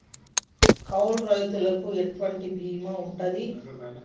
కౌలు రైతులకు ఎటువంటి బీమా ఉంటది?